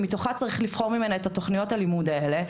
שמתוכה צריך לבחור את תוכניות הלימוד האלה.